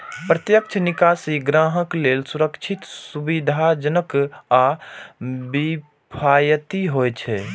प्रत्यक्ष निकासी ग्राहक लेल सुरक्षित, सुविधाजनक आ किफायती होइ छै